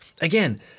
Again